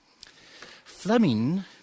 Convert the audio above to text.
Fleming